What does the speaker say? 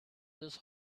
this